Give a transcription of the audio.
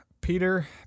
Peter